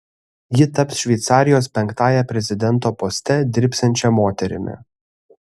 ji taps šveicarijos penktąja prezidento poste dirbsiančia moterimi